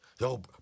Yo